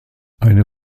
eine